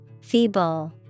Feeble